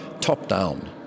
top-down